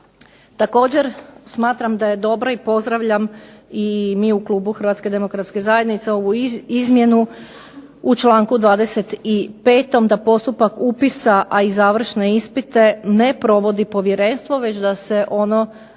Također smatram da je dobro i pozdravljam i mi u klubu HDZ-a ovu izmjenu u članku 25. da postupak upisa, a i završne ispite ne provodi povjerenstvo već da se ono